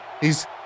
He's-